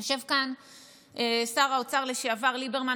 יושב כאן שר האוצר לשעבר ליברמן.